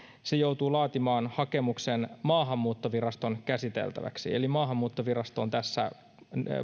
se joutuu laatimaan hakemuksen maahanmuuttoviraston käsiteltäväksi eli maahanmuuttovirasto on tässä